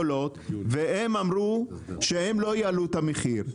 והם אמרו שהם לא יעלו את המחיר,